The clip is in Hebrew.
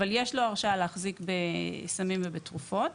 אבל יש לו הרשאה להחזיק בסמים ובתרופות.